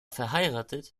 verheiratet